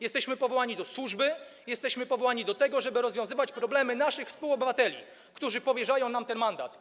Jesteśmy powołani do służby, jesteśmy powołani do tego, żeby rozwiązywać problemy naszych współobywateli, którzy powierzają nam ten mandat.